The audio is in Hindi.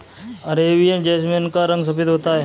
अरेबियन जैसमिन का रंग सफेद होता है